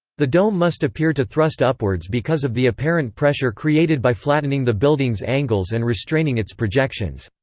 the dome must appear to thrust upwards because of the apparent pressure created by flattening the building's angles and restraining its projections.